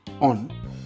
on